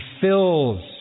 fills